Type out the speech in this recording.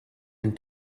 and